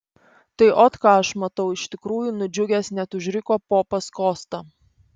tai ot ką aš matau iš tikrųjų nudžiugęs net užriko popas kosta